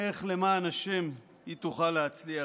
למען השם, היא תוכל להצליח?